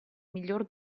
miglior